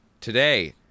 Today